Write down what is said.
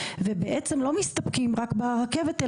ובעצם לא מסתפקים רק ברכבת,